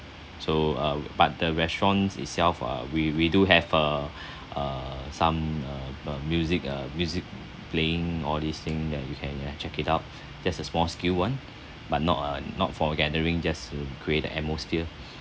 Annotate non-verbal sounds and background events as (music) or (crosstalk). so uh but the restaurants itself uh we we do have a (breath) err some uh uh music uh music playing all these thing that you can ac~ check it out just a small scale [one] but not uh not for gathering just to create the atmosphere